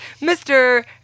Mr